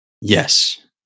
Yes